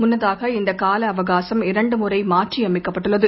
முன்னதாக இந்த கால அவகாசம் இரண்டு முறை மா்றறியமைக்கப்பட்டுள்ளது